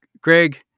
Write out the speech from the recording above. Greg